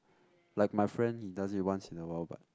like my friend he does it once in a while but